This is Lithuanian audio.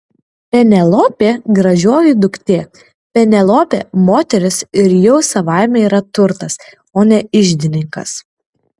penelopė gražioji duktė penelopė moteris ir jau savaime yra turtas o ne iždininkas